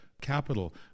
capital